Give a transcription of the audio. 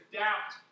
doubt